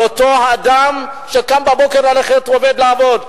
על אותו אדם שקם בבוקר ללכת לעבודה,